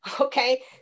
Okay